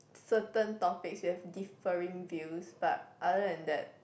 certain topics we have differing views but other than that